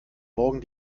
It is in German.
morgen